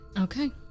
Okay